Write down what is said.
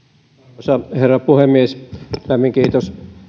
arvoisa herra puhemies lämmin kiitos